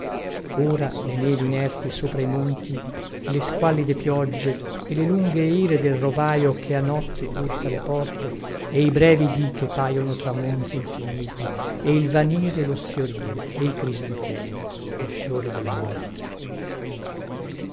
ora le nevi inerti sopra i monti e le squallide pioggie e le lunghe ire del rovaio che a notte urta le porte e i brevi dì che paiono tramonti infiniti e il vanire e lo sfiorire e i crisantemi il fiore della morte